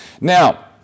Now